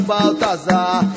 Baltazar